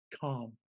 calm